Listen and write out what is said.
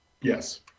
yes